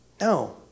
No